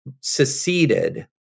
seceded